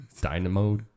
Dynamo